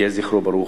יהי זכרו ברוך.